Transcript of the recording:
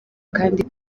kandi